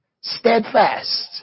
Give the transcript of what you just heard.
steadfast